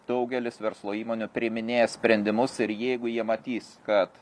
daugelis verslo įmonių priiminėja sprendimus ir jeigu jie matys kad